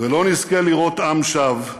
ולא נזכה לראות עם שב /